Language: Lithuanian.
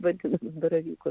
vadina baravykų